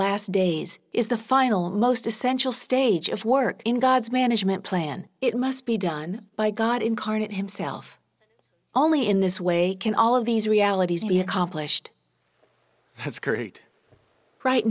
last days is the final most essential stage of work in god's management plan it must be done by god incarnate himself only in this way can all of these realities be accomplished has occurred right